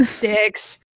Dicks